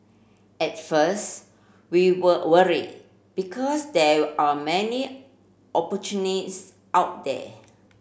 at first we were worried because there are many opportunists out there